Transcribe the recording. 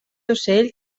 ocell